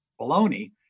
baloney